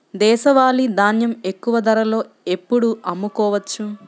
దేశవాలి ధాన్యం ఎక్కువ ధరలో ఎప్పుడు అమ్ముకోవచ్చు?